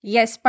Yes